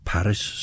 Paris